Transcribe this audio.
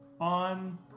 On